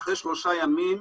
נקווה שאנחנו רצים קדימה.